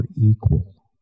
equal